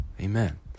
Amen